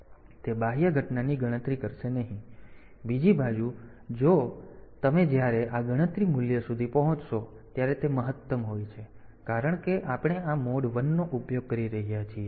તેથી તે બાહ્ય ઘટનાની ગણતરી કરશે નહીં બીજી બાજુ જો તમે જ્યારે આ ગણતરી મૂલ્ય સુધી પહોંચશો ત્યારે તે મહત્તમ હોય છે કારણ કે આપણે મોડ 1 નો ઉપયોગ કરી રહ્યા છીએ